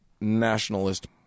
nationalist